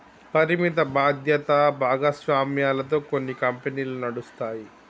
పరిమిత బాధ్యత భాగస్వామ్యాలతో కొన్ని కంపెనీలు నడుస్తాయి